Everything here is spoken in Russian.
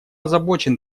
озабочен